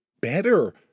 better